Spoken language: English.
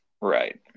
right